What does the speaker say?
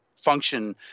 function